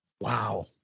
Wow